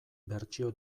bertsio